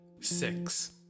six